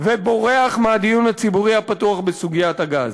ובורח מהדיון הציבורי הפתוח בסוגיית הגז.